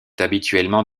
habituellement